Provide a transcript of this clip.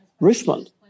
Richmond